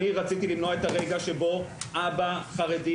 אני רציתי למנוע את הרגע שבו אבא חרדי,